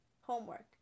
homework